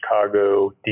Chicago